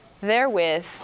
therewith